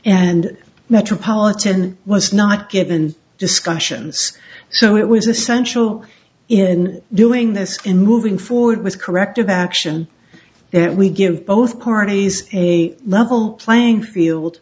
and metropolitan was not given discussions so it was essential in doing this in moving forward with corrective action that we give both parties a level playing field